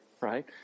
right